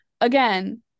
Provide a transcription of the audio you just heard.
again